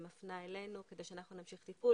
מפנה אלינו כדי שאנחנו נמשיך טיפול.